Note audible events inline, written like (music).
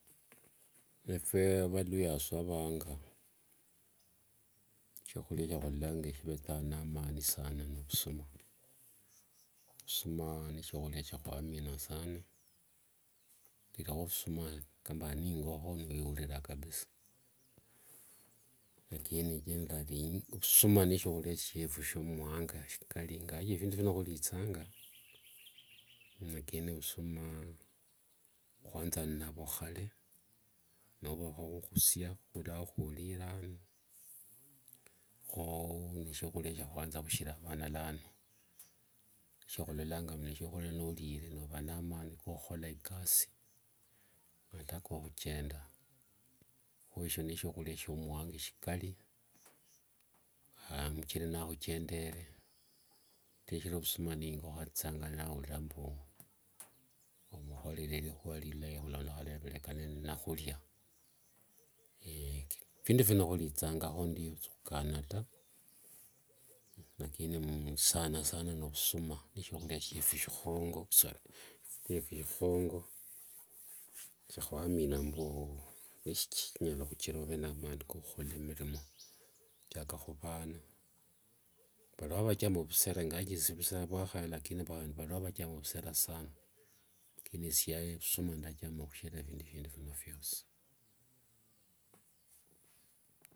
Ephe valuhya kose vawanga, shiakhulia shiekholanga shivethanga nanani sana ni vusuma. Ovusuma n shiakhulia shia khwamina sana. Nindirekho musuma nende ingokho, nindeurira kabisa. Lakini generally, ovusuma neshiakhulia shiefu eshia muwanga shikali, ingawaje phindu phindi phino khulithanga (noise) lakini vusumaa khuanza inavo khale novwakhakhusia khula wa khuliano. Kho neshiakhulia shia khwashira khunala mana lano, nolile nonyola amani ko khukhola ikasi nende kokhuchenda. Kho eshio neshiakhulia shia muwanga shikali (noise) mkeni nakhuchendere nomuteshera vusuma ningokho athithanga naulira mbu (noise) omukhorere likhua lilai khulondekhana nakhulia. (hesitation) phindu phino khulithangakho ndio sikhukana ta. Lakini sana sana nivusuma, neshiekhulia shiefu shikhongo (unintelligible) shiefu shikhongo (noise) shiakwamina mbu (hesitation) nokhuchira ovende mani kokhukhola milimo. Chaka khuvana, valio vamchama vusera, ovusera vwakhaya ingawaje valio vachama vusera sana lakini esie ndachama vusuma sana khushira phindu vino phiosi.